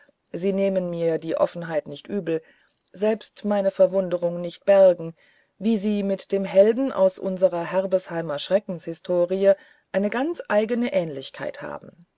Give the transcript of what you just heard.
sie nehmen mir offenheit nicht übel selbst meine verwunderung nicht bergen sie wie mit dem helden aus unserer herbesheimer schreckenshistorie eine ganz eigene ähnlichkeit haben